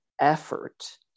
effort